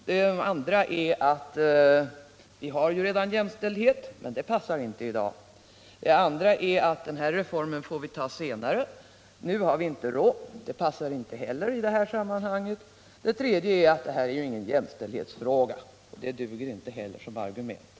Det andra argumentet är att vi redan har jämställdhet, men det passar inte i dag. Vidare heter det att vi får fatta beslut om den här reformen senare. Nu har vi inte råd. Det passar inte heller i det här sammanhanget. Det tredje argumentet är att detta inte är någon jämställdhetsfråga, men det duger inte heller som argument.